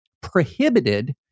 prohibited